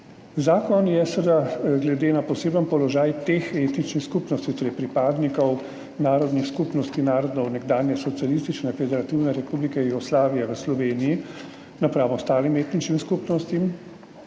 zakon glede na poseben položaj teh etničnih skupnosti, torej pripadnikov narodnih skupnosti narodov nekdanje Socialistične federativne republike Jugoslavije v Sloveniji, napram ostalim etničnim skupnostim